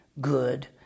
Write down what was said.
good